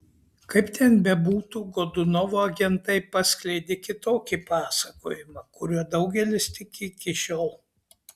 kaip ten bebūtų godunovo agentai paskleidė kitokį pasakojimą kuriuo daugelis tiki iki šiol